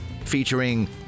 featuring